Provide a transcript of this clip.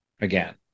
again